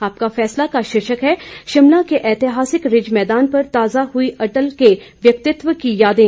आपका फैसला का शीर्षक है शिमला के ऐतिहासिक रिज मैदान पर ताजा हुई अटल के व्यक्तित्व की यादें